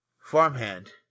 farmhand